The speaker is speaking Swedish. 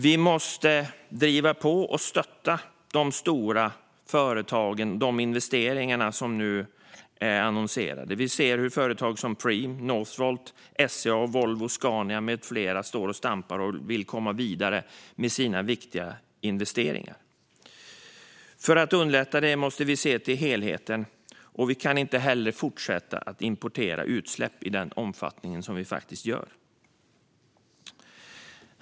Vi måste driva på och stötta de stora företagen och de investeringar som nu är annonserade. Vi ser hur företag som Preem, Northvolt, SCA, Volvo, Scania med flera står och stampar och vill komma vidare med sina viktiga investeringar. För att underlätta för dem måste vi se till helheten. Vi kan inte heller fortsätta att importera utsläpp i den omfattning som vi gör.